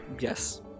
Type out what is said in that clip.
yes